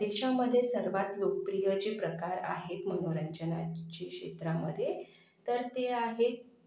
त्याच्यामध्ये सर्वात लोकप्रिय जे प्रकार आहेत मनोरंजनाच्या क्षेत्रामध्ये तर ते आहेत